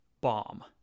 bomb